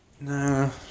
No